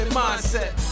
mindset